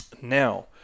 Now